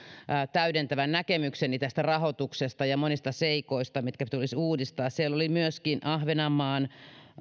täydentävän näkemykseni tästä rahoituksesta ja monista seikoista mitkä tulisi uudistaa siellä oli myöskin ahvenanmaan